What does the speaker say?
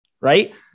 right